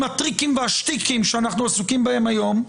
הטריקים והשטיקים שאנחנו עוסקים בהם כיום,